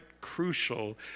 crucial